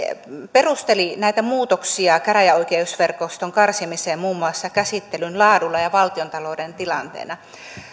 perusteli näitä muutoksia käräjäoikeusverkoston karsimiseen muun muassa käsittelyn laadulla ja valtiontalouden tilanteella